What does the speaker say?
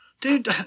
Dude